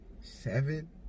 Seven